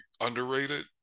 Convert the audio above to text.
underrated